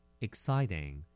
exciting